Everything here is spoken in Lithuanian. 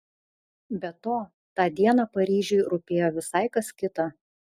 be to tą dieną paryžiui rūpėjo visai kas kita